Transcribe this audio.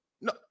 No